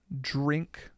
drink